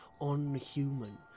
unhuman